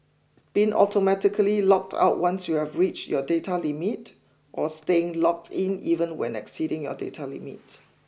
being automatically logged out once you've reached your data limit or staying logged in even when exceeding your data limit